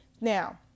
Now